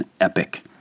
Epic